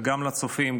גם לצופים,